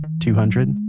two hundred,